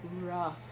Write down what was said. rough